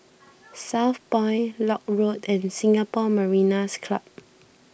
Southpoint Lock Road and Singapore Mariners' Club